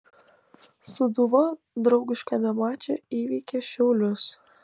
sūduva draugiškame mače įveikė šiaulius